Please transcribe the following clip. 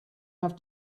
have